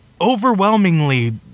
overwhelmingly